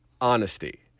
honesty